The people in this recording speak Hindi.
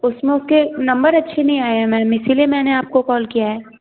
उसमें उसके नंबर अच्छे नहीं आए हैं मैम इसी लिए मैंने आपको कौल किया है